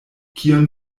kion